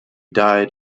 died